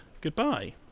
Goodbye